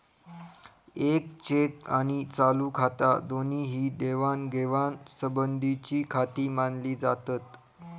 येक चेक आणि चालू खाता दोन्ही ही देवाणघेवाण संबंधीचीखाती मानली जातत